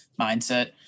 mindset –